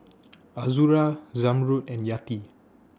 Azura Zamrud and Yati